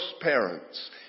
parents